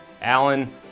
Alan